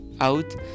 out